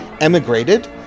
emigrated